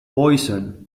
poison